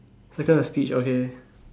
circle the speech okay